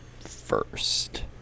first